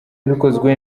bikozwe